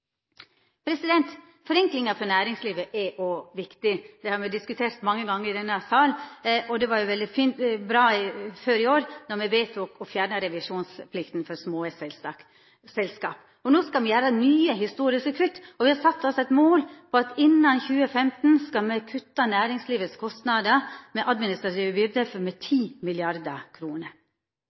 for næringslivet er òg viktig. Det har me diskutert mange gonger i denne salen, og det var veldig bra at me tidlegare i år vedtok å fjerna revisjonsplikta for små selskap. No skal me gjera nye historiske kutt, og me har sett oss eit mål om at me innan 2015 skal kutta næringslivets administrative byrder med